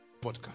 podcast